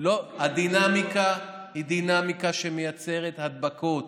הדינמיקה היא דינמיקה שמייצרת הדבקות.